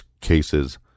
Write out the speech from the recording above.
cases